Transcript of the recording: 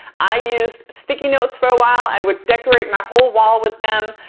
i used sticky notes for a while, i would decorate my whole wall with them.